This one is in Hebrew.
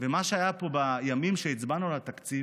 ומה שהיה פה בימים שהצבענו על התקציב,